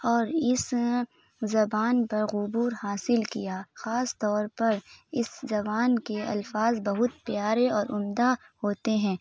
اور اس زبان پر غبور حاصل کیا خاص طور پر اس زبان کے الفاظ بہت پیارے اور عمدہ ہوتے ہیں